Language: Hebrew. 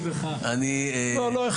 לא,